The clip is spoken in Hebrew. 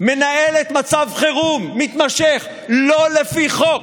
מנהלת מצב חירום מתמשך לא לפי חוק,